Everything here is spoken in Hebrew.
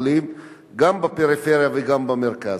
בבתי-החולים בחורף, כמו בחורף.